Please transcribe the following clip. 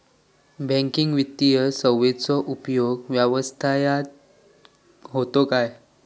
Banking वित्तीय सेवाचो उपयोग व्यवसायात होता काय?